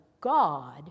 God